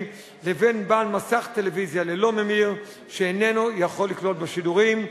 לבין בעל מסך טלוויזיה ללא ממיר שאיננו יכול לקלוט בו שידורים.